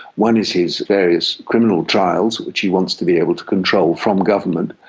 one is his various criminal trials which he wants to be able to control from government,